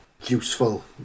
useful